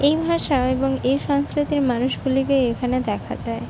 এই ভাষা এবং এই সংস্কৃতির মানুষগুলিকে এইখানে দেখা যায়